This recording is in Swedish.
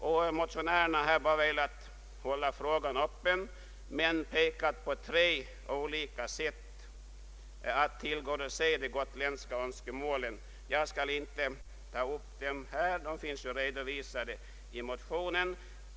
Vi motionärer har velat hålla frågan öppen men har pekat på tre olika sätt att tillgodose de gotländska önskemålen. Jag skall inte dra upp dem här, eftersom de finnas redovisade i motionerna.